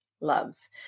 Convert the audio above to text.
loves